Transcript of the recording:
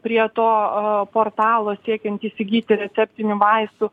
prie to portalo siekiant įsigyti receptinių vaistų